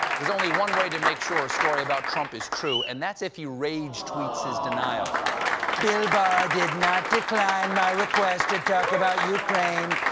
there's only one way to make sure a story about trump is true, and that's if he rage-tweets his denial bill barr did not decline my request to talk about ukraine.